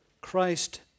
Christ